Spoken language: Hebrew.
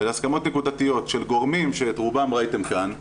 הסכמות נקודתיות של גורמים שאת רובם ראיתם כאן,